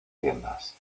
tiendas